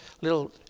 little